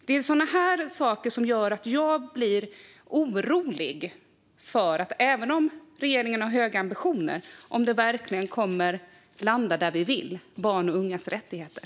Det är sådana saker som gör att jag blir orolig, även om regeringen har höga ambitioner. Kommer detta verkligen att landa där vi vill när det gäller barns och ungas rättigheter?